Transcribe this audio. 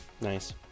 nice